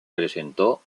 presentó